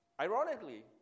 Ironically